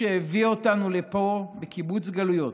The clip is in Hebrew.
שהביא אותנו לפה בקיבוץ גלויות,